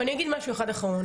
ואני אגיד משהו אחד אחרון.